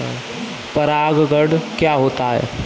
परागण क्या होता है?